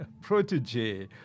protege